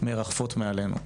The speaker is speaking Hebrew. מרחפות מעלינו.